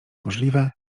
możliwe